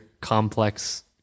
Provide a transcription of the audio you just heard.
complex